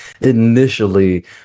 initially